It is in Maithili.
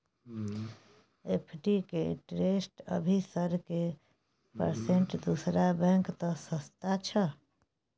एफ.डी के इंटेरेस्ट अभी सर की परसेंट दूसरा बैंक त सस्ता छः?